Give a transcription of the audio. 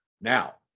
Now